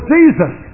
Jesus